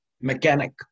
mechanic